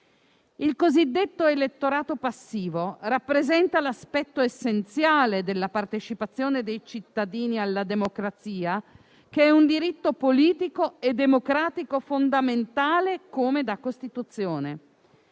Il cosiddetto elettorato passivo rappresenta l'aspetto essenziale della partecipazione dei cittadini alla democrazia, che è un diritto politico e democratico fondamentale come da Costituzione.